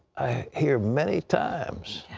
hear many times,